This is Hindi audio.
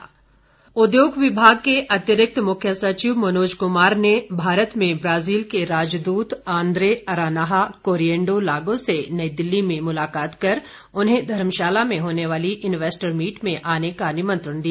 डुन्वेस्टर मीट उद्योग विभाग के अतिरिक्त मुख्य सचिव मनोज कुमार ने नई भारत में ब्राजील के राजदूत आंद्रे अरानहा कोरीएंडो लागो से नई दिल्ली में मुलाकात कर उन्हें धर्मशाला में होने वाली इन्वेस्टर मीट में आने का निमंत्रण दिया